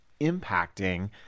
impacting